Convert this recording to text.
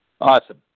Awesome